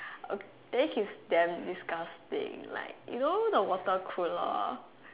then he's damn disgusting like you know the water cooler